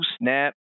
snap